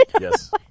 yes